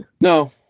No